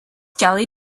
jelly